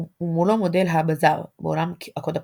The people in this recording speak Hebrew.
ומולו מודל ה"בזאר" בעולם הקוד הפתוח.